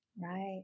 right